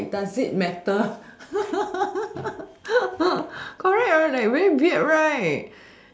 like does it matter correct like very weird right